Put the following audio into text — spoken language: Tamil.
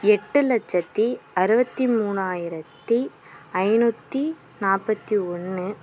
எட்டு லட்சத்தி அறுபத்தி மூணாயிரத்தி ஐநூற்றி நாற்பத்தி ஒன்று